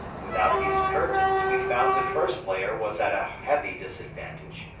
without these curtains we found the first player was at a heavy disadvantage,